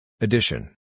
Edition